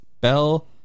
Bell